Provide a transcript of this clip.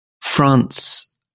France